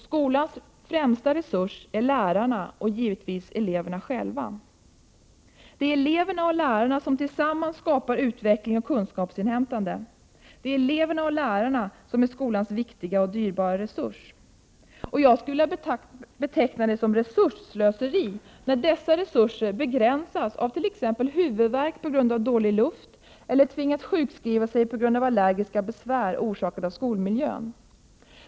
Skolans främsta resurs är givetvis lärarna och eleverna själva. Det är eleverna och lärarna som tillsammans skapar utveckling och kunskapsinhämtande. Det är eleverna och lärarna som är skolans viktiga och dyrbara resurs. Jag skulle vilja beteckna det som resursslöseri när dessa människor begränsas i sitt arbete av t.ex. huvudvärk på grund av dålig luft eller när de tvingas sjukskriva sig på grund av allergiska besvär orsakade av skolmiljön.